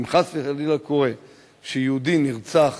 אם חס וחלילה קורה שיהודי נרצח